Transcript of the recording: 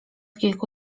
kilku